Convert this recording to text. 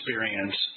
experience